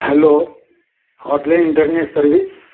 hello hotel internet service